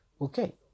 okay